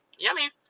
Yummy